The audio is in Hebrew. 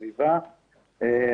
שאן.